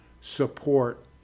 support